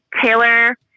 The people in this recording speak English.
Taylor